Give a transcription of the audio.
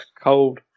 cold